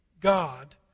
God